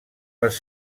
les